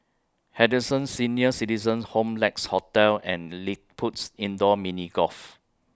Henderson Senior Citizens' Home Lex Hotel and LilliPutt's Indoor Mini Golf